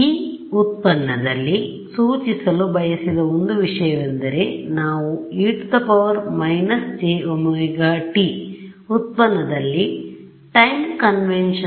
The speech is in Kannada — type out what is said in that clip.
ಈ ವ್ಯುತ್ಪನ್ನದಲ್ಲಿ ಸೂಚಿಸಲು ಬಯಸಿದ ಒಂದು ವಿಷಯವೆಂದರೆ ನಾವು e−jωt ವ್ಯುತ್ಪನ್ನದಲ್ಲಿ ಟೈಮ್ ಕಾನ್ವೆನ್ಶನ್